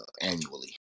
annually